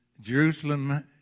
Jerusalem